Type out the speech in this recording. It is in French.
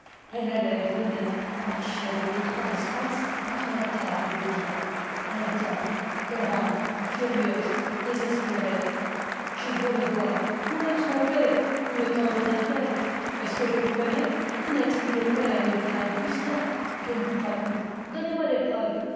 elle allait venait entre la table et le divan haletante pleurante furieuse désespérée je veux le voir vous me trompez vous me tenez un piège est-ce que je vous connais vous n'êtes ni le père ni le frère d'augustin je ne vous crois plus donnez-moi des preuves